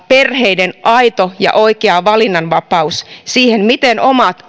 perheiden aidon ja oikean valinnanvapauden mahdollistaminen siinä miten omat